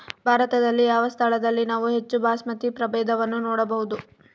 ಭಾರತದಲ್ಲಿ ಯಾವ ಸ್ಥಳದಲ್ಲಿ ನಾವು ಹೆಚ್ಚು ಬಾಸ್ಮತಿ ಪ್ರಭೇದವನ್ನು ನೋಡಬಹುದು?